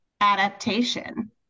adaptation